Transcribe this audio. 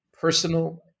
personal